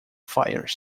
fire